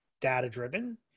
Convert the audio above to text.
data-driven